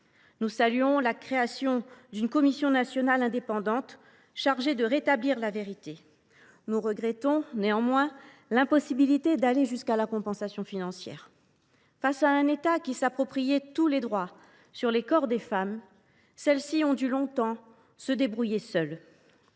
Nous saluons la création d’une commission nationale indépendante chargée de rétablir la vérité. Nous regrettons néanmoins l’impossibilité d’aller jusqu’à la compensation financière. Face à un État qui s’appropriait tous les droits sur le corps des femmes, celles ci ont dû longtemps se débrouiller seules.